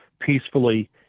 peacefully